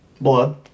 blood